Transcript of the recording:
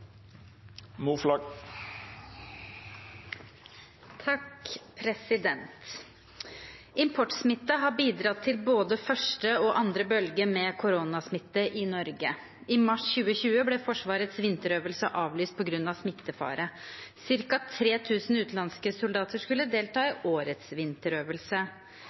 har bidratt til både første og andre bølge med koronasmitte i Norge. I mars 2020 ble Forsvarets vinterøvelse avlyst grunnet smittefare. Cirka 3 000 utenlandske soldater skulle delta i årets vinterøvelse.